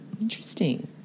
interesting